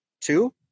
Two